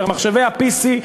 מחשבי ה-PC.